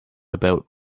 about